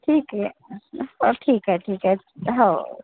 ठीक आहे हो ठीक आहे ठीक आहे हो